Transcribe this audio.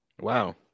Wow